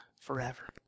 forever